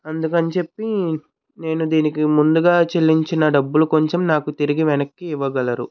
అందుకని చెప్పి నేను దీనికి మందుగా చెల్లించిన డబ్బులు కొంచెం నాకు తిరిగి వెనక్కి ఇవ్వగలరు